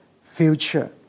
future